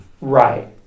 Right